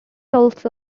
also